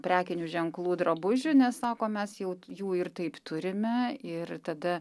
prekinių ženklų drabužių nes sako mes jau jų ir taip turime ir tada